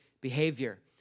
behavior